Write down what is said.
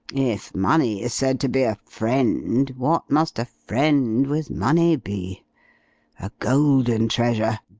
if money is said to be a friend, what must a friend with money be a golden treasure,